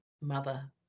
mother